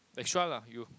extra lah you